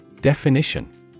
Definition